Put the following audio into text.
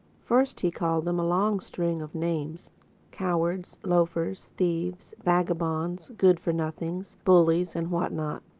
first he called them a long string of names cowards, loafers, thieves, vagabonds, good-for-nothings, bullies and what not.